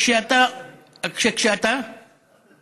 היה מקובל במשך שנים שכשאתה, תפדל,